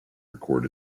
record